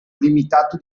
limitato